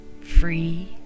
free